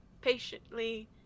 patiently